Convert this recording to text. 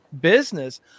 business